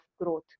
growth